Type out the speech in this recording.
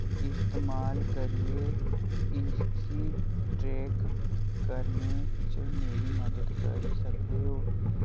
इस्तेमाल करियै इसगी ट्रैक करने च मेरी मदद करी सकदे ओ